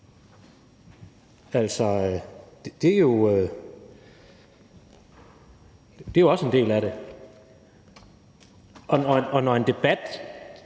netop. Det er jo også en del af det. Og når en debat